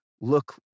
look